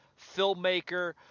filmmaker